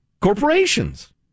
corporations